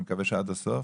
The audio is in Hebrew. ואני מקווה שעד הסוף,